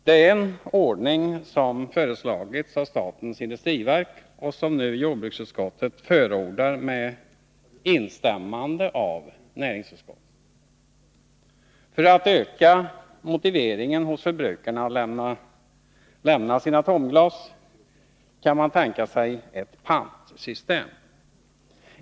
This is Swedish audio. Det är en ordning som föreslagits av statens industriverk och som nu jordbruksutskottet förordar med instämmande från näringsutskottet. För att öka motiveringen hos förbrukarna att lämna sina tomglas kan man tänka sig ett pantsystem.